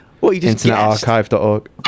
internetarchive.org